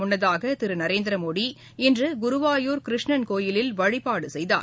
முன்னதாகதிருநரேந்திரமோடி இன்றுகுருவாயூர் கிருஷ்ணர் கோவிலில் வழிபாடுசெய்தார்